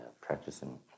practicing